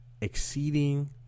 exceeding